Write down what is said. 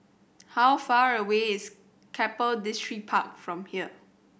how far away is Keppel Distripark from here